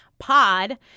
Pod